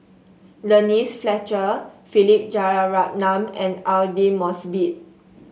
Denise Fletcher Philip Jeyaretnam and Aidli Mosbit